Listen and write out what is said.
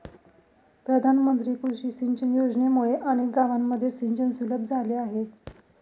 प्रधानमंत्री कृषी सिंचन योजनेमुळे अनेक गावांमध्ये सिंचन सुलभ झाले आहे